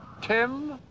Tim